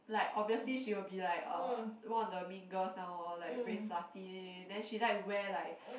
like obviously she will be like uh one of the mean girls now orh like very slutty then she like wear like